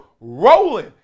rolling